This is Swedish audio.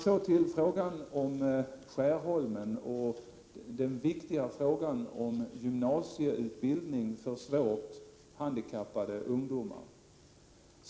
Så till frågan om Skärholmen och den viktiga frågan om gymnasieutbildning för svårt handikappade ungdomar.